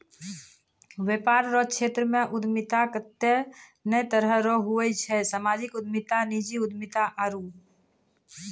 वेपार रो क्षेत्रमे उद्यमिता कत्ते ने तरह रो हुवै छै सामाजिक उद्यमिता नीजी उद्यमिता आरु